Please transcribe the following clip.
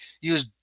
use